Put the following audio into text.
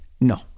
No